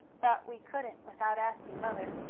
but we couldn't, without asking mother,